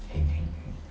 heng heng heng